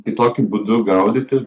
tai tokiu būdu gaudyti